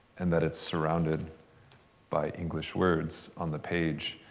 and that it's surrounded by english words on the page.